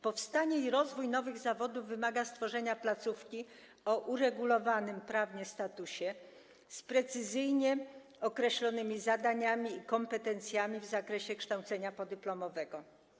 Powstanie i rozwój nowych zawodów wymaga stworzenia placówki o uregulowanym prawnie statusie, z precyzyjnie określonymi zadaniami i kompetencjami w zakresie kształcenia podyplomowego.